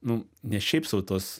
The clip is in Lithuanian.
nu ne šiaip sau tos